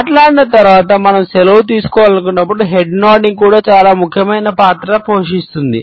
మాట్లాడిన తర్వాత మనం సెలవు తీసుకోవాలనుకున్నప్పుడు హెడ్ నోడింగ్ కూడా చాలా ముఖ్యమైన పాత్ర పోషిస్తుంది